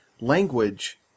language